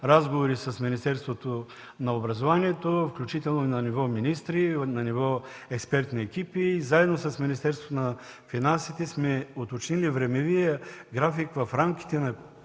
разговори с Министерството на образованието, включително на ниво министри и експертни екипи. Заедно с Министерството на финансите сме уточнили времевия график, в рамките на